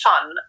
fun